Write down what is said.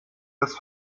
des